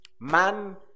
man